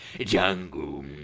jungle